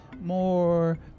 more